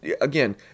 again